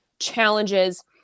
challenges